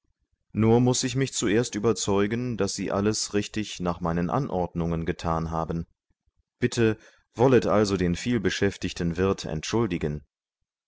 nur muß ich mich zuerst überzeugen daß sie alles richtig nach meinen anordnungen gemacht haben bitte wollet also den vielbeschäftigten wirt entschuldigen